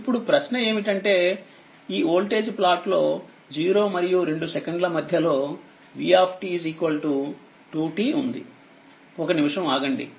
ఇప్పుడుప్రశ్న ఏమిటంటే ఈ voltage plot లో 0 మరియు 2 సెకండ్ల మధ్య లో v 2t ఉందిఒక నిమిషం ఆగండి